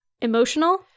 emotional